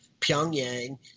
Pyongyang